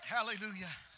Hallelujah